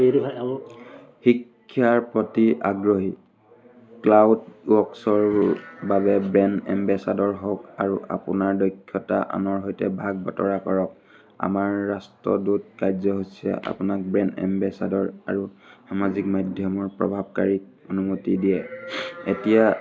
শিক্ষাৰ প্ৰতি আগ্ৰহী ক্লাউডৱৰ্কছৰ বাবে ব্ৰেণ্ড এম্বেছাদৰ হওক আৰু আপোনাৰ দক্ষতা আনৰ সৈতে ভাগ বতৰা কৰক আমাৰ ৰাষ্ট্ৰদূত কাৰ্যসূচীয়ে আপোনাক ব্ৰেণ্ড এম্বেছাদৰ আৰু সামাজিক মাধ্যমৰ প্ৰভাৱকাৰীক অনুমতি দিয়ে এতিয়া